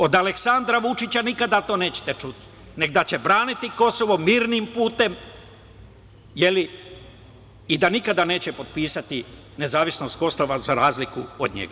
Od Aleksandra Vučića nikada to nećete čuti, nego da će braniti Kosovo mirnim putem i da nikada neće potpisati nezavisnost Kosova, za razliku od njega.